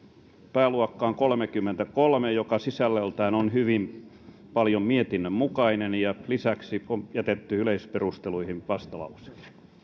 pääluokkaan kolmekymmentäkolme joka sisällöltään on hyvin paljon mietinnön mukainen lisäksi on jätetty yleisperusteluihin vastalause